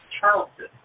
Charleston